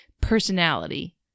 personality